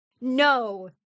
No